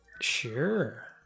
Sure